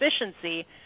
efficiency